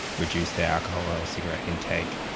reduce their alcohol or cigarette intake,